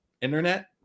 internet